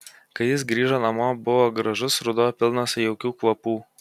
kai jis grįžo namo buvo gražus ruduo pilnas jaukių kvapų